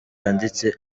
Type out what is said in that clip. yanditse